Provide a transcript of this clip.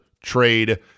trade